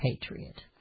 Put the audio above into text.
patriot